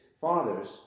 fathers